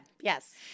Yes